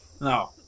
No